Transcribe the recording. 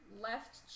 left